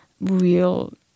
real